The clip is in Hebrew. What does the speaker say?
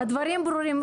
הדברים ברורים,